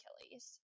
Achilles